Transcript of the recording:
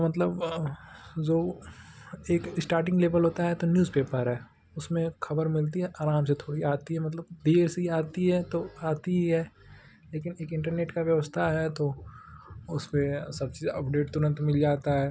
मतलब जो एक इस्टाटिंग लेवल होता है तो न्यूज़ पेपर है उसमें खबर मिलती है आराम से थोड़ी आती है मतलब देर से ही आती है तो आती ही है लेकिन एक इंटरनेट का व्यवस्था है तो उस पर सब चीज अपडेट तुरंत मिल जाता है